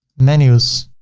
menus,